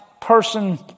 person